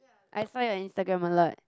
I find on Instagram a lot